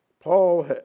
Paul